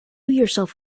yourself